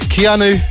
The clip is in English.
Keanu